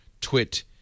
twit